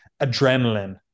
adrenaline